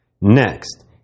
Next